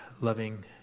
loving